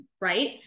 right